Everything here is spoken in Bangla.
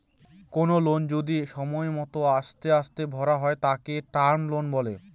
কোনো লোন যদি সময় মত আস্তে আস্তে ভরা হয় তাকে টার্ম লোন বলে